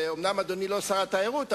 ואומנם אדוני הוא לא שר התיירות,